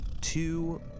two